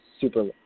super